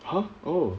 !huh! oh